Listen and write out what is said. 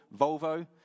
Volvo